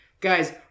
Guys